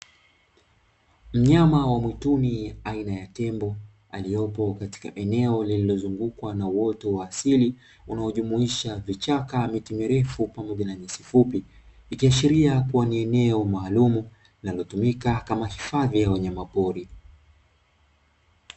Mnyama wa mwituni aina ya tembo aliyopo katika eneo lililozungukwa na uoto wa asili unaojumuisha vichaka na mitimirefu pamoja na nyasi fupi ikiashiria kuwa ni eneo maalum linalotumika kama hifadhi ya wanyama.